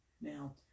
Now